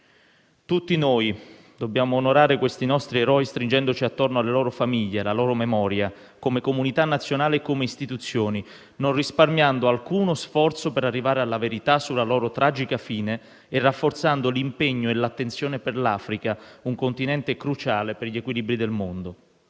Tutti noi dobbiamo onorare questi nostri eroi, stringendoci attorno alle loro famiglie e alla loro memoria, come comunità nazionale e come istituzioni, non risparmiando alcuno sforzo per arrivare alla verità sulla loro tragica fine e rafforzando l'impegno e l'attenzione per l'Africa, un continente cruciale per gli equilibri del mondo.